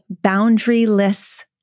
boundaryless